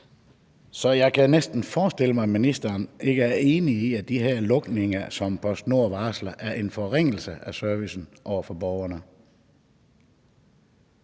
Så jeg kan næsten forestille mig, at ministeren ikke er enig i, at de her lukninger, som PostNord varsler, er en forringelse af servicen over for borgerne.